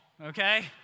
okay